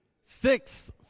Six